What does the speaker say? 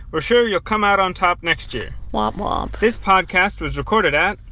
we're sure you'll come out on top next year womp womp this podcast was recorded at.